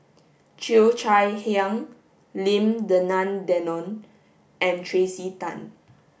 Cheo Chai Hiang Lim Denan Denon and Tracey Tan